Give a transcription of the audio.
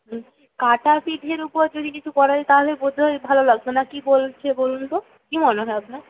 কাটা পিঠের উপর যদি কিছু করা যায় তাহলে বোধ হয় ভালো লাগতো না কি বলছে বলুন তো কি মনে হয় আপনার